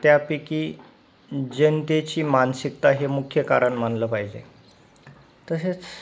त्यापैकी जनतेची मानसिकता हे मुख्य कारण मानलं पाहिजे तसेच